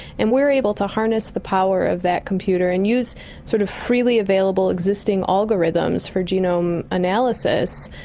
and we are able to harness the power of that computer and use sort of freely available existing algorithms for genome analysis,